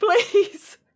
please